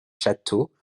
château